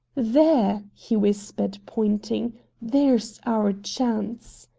there! he whispered, pointing there's our chance!